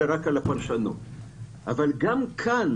שיגידו,